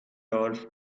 golf